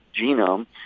genome